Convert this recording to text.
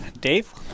Dave